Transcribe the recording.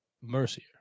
Mercier